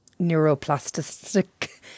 neuroplastic